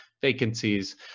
vacancies